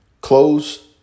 Close